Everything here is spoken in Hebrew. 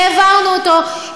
העברנו אותו,